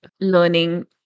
learning